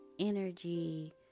energy